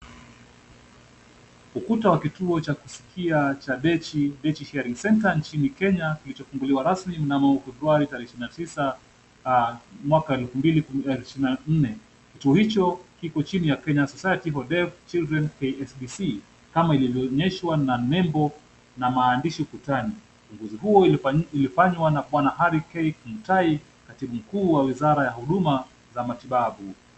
Ukuta wa kituo cha kusikia cha Dechi Dechi Hearing Center nchini Kenya. Kilichofunguliwa rasmi mnamo Februari tarehe ishirini na tisa, mwaka wa elfu mbili ishirini na nne. Kituo hicho kiko chini ya Kenya Society for Deaf Children (KSDC) , kama ilivyoonyeshwa na nembo na maandishi ukutani. Ufunguzi huo ulifa ulifanywa na Harry K. Kimutai ati mkuu wa wizara ya Huduma za Matibabu.